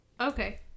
Okay